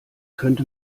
könnte